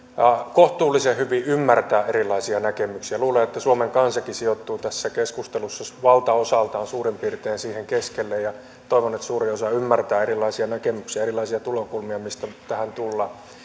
kohtuullisen hyvin ymmärtää erilaisia näkemyksiä luulen että suomen kansakin sijoittuu tässä keskustelussa valtaosaltaan suurin piirtein siihen keskelle ja toivon että suurin osa ymmärtää erilaisia näkemyksiä ja erilaisia tulokulmia mistä tähän tullaan